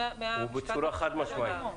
ומהמשפט הראשון שאמרנו.